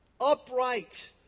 upright